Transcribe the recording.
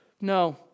No